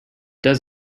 does